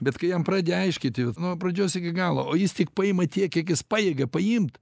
bet kai jam pradedi aiškinti nuo pradžios iki galo o jis tik paima tiek kiek jis pajėgia paimti